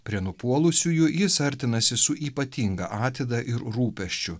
prie nupuolusiųjų jis artinasi su ypatinga atida ir rūpesčiu